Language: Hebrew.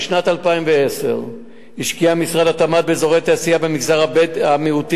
בשנת 2010 השקיע משרד התמ"ת באזורי תעשייה במגזר המיעוטים